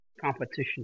competition